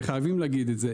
וחייבים להגיד את זה.